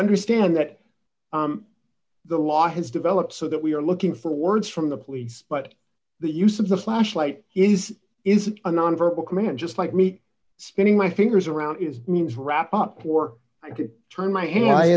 understand that the law has developed so that we are looking for words from the police but the use of the flashlight is is it a non verbal command just like meat spinning my fingers around is means wrapped up or i could turn my head